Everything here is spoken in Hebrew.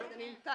כן.